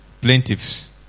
plaintiffs